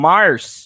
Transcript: Mars